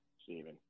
Stephen